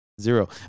Zero